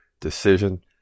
decision